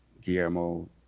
Guillermo